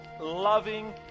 loving